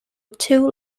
too